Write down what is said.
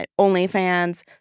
OnlyFans